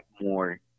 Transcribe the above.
more